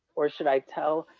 or should i tell.